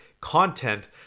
content